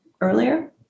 earlier